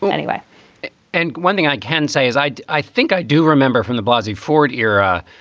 and anyway and one thing i can say is i i think i do remember from the blousy ford era,